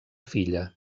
filla